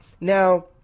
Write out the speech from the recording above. Now